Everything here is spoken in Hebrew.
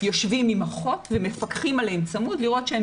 יושבים עם אחות ומפקחים עליהם צמוד כדי לראות שהם